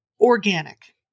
organic